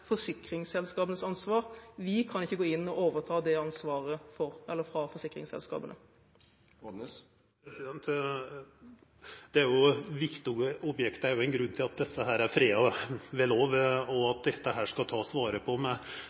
ansvar. Vi kan ikke gå inn og overta det ansvaret fra forsikringsselskapene. Det er viktige objekt. Det er ein grunn til at desse er freda ved lov, og at dette skal takast vare på.